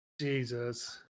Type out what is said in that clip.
Jesus